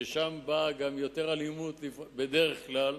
ששם יש יותר אלימות בדרך כלל,